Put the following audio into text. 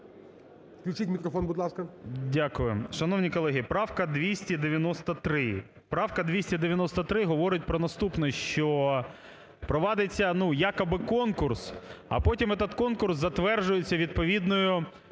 Включать мікрофон, будь ласка. 17:47:58 ІВЧЕНКО В.Є. Дякую. Шановні колеги, правка 293. Правка 293 говорить про наступне, що проводиться якоби конкурс, а потім етот конкурс затверджується відповідною